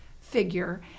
figure